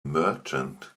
merchant